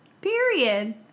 Period